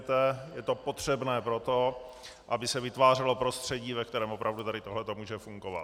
Je to potřebné proto, aby se vytvářelo prostředí, ve kterém opravdu tady tohleto může fungovat.